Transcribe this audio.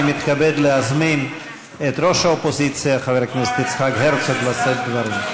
אני מתכבד להזמין את ראש האופוזיציה חבר הכנסת יצחק הרצוג לשאת דברים.